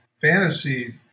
fantasy